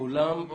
תודה רבה.